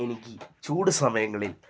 എനിക്ക് ചൂട് സമയങ്ങളിൽ